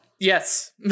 Yes